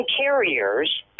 carriers